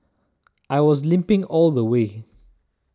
I was limping all the way